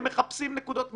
הם מחפשים נקודות מילוט.